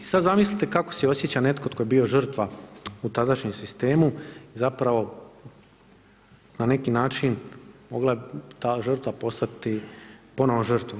Sad zamislite kako se osjeća netko tko je bio žrtva u tadašnjem sistemu zapravo na neki način mogla bi ta žrtva postati ponovno žrtvom.